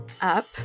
up